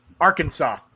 Arkansas